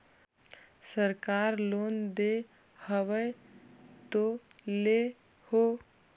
सरकार लोन दे हबै तो ले हो?